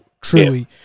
Truly